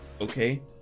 okay